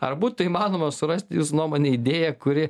ar būtų įmanoma surasti jūsų nuomone idėją kuri